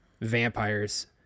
vampires